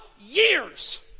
years